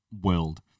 world